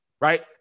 right